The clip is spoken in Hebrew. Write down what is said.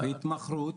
התמכרות?